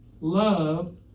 love